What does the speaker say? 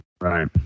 right